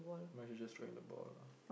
mine is just strike the ball lah